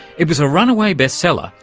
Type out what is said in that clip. it was a runaway bestseller,